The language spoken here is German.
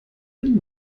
den